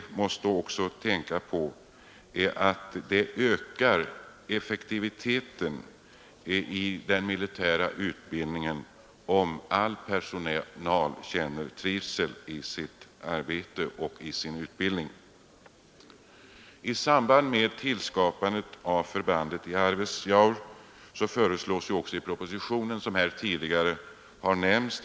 Vi får då tänka på att det ökar effektiviteten i den militära utbildningen, om all personal känner trivsel i sitt arbete. I samband med tillskapandet av förbandet i Arvidsjaur föreslås de omdisponeringar i Mälardalen som tidigare nämnts.